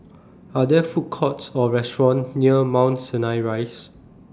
Are There Food Courts Or restaurants near Mount Sinai Rise